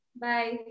Bye